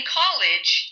college